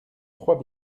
trois